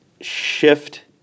shift